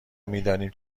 میدانیم